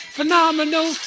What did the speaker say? Phenomenal